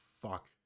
fuck